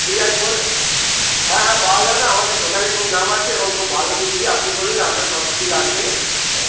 ঠিক আছে হ্যাঁ হ্যাঁ পাওয়া যাবে আমাদের দোকানের খুব নাম আছে এবং খুব ভালো মিষ্টি আপনি বলুন আপনার কত কী লাগবে